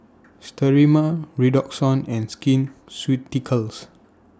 Sterimar Redoxon and Skin Ceuticals